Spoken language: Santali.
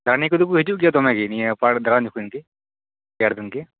ᱫᱟᱲᱟᱱᱤᱭᱟᱹ ᱠᱚᱫᱚ ᱠᱚ ᱦᱤᱡᱩᱜ ᱜᱮᱭᱟ ᱫᱚᱢᱮ ᱜᱮ ᱱᱤᱭᱟᱹ ᱯᱟᱨᱠ ᱫᱟᱲᱟᱱ ᱡᱚᱠᱷᱚᱱ ᱜᱮ ᱨᱮᱭᱟᱲ ᱫᱤᱱ ᱜᱮ